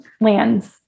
lands